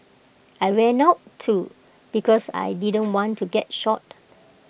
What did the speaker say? I ran out too because I didn't want to get shot